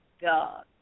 God